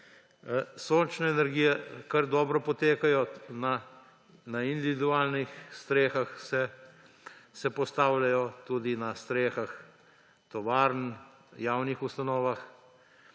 Sončne energije kar dobro potekajo, na individualnih strehah se postavljajo, tudi na strehah tovarn, na javnih ustanovah.